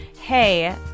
hey